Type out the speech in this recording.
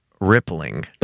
Rippling